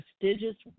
prestigious